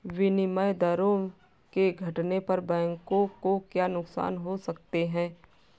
विनिमय दरों के घटने पर बैंकों को क्या नुकसान हो सकते हैं?